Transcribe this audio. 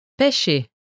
Pêcher